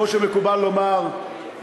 כמו שמקובל לומר,